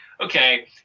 okay